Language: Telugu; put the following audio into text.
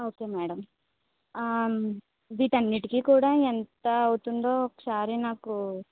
ఓకే మేడం వీటి అన్నింటికి కూడా ఎంత అవుతుందో ఒకసారి నాకు